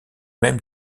même